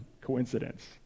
coincidence